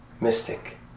mystic